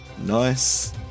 nice